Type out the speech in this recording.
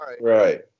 Right